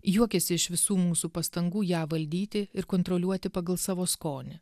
juokiasi iš visų mūsų pastangų ją valdyti ir kontroliuoti pagal savo skonį